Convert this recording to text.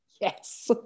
Yes